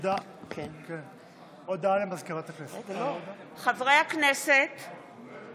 הודעת יושב-ראש הוועדה המסדרת 6 אבי ניסנקורן (יו"ר הוועדה